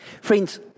Friends